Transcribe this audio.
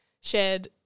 shared